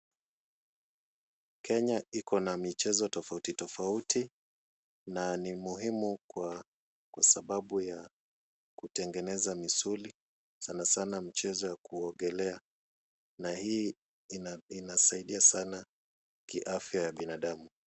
Kenya iko na michezo tofauti tofauti na ni muhimu kwa sababu ya kutengeneza misuli, sana sana michezo ya kuogelea na hii inasaidia sana kiafya ya binadamu.